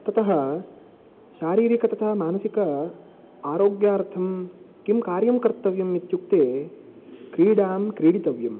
ततः शारीरिक तथा मानसिक आरोग्यार्थं किं कार्यं कर्तव्यम् इत्युक्ते क्रीडां क्रीडितव्यम्